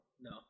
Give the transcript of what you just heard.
No